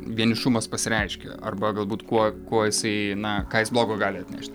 vienišumas pasireiškia arba galbūt kuo kuo jisai na ką jis blogo gali atnešt